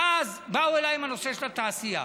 ואז באו אליי עם הנושא של התעשייה.